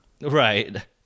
Right